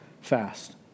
fast